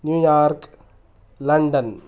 New York London